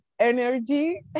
energy